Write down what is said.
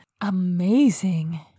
Amazing